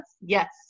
Yes